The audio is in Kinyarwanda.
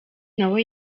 nawe